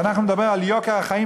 ואנחנו נדבר על יוקר החיים,